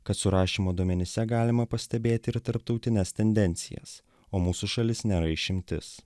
kad surašymo duomenyse galima pastebėti ir tarptautines tendencijas o mūsų šalis nėra išimtis